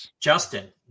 Justin